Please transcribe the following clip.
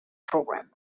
programme